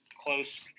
close